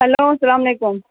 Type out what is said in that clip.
hello السلام علیکُم